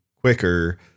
quicker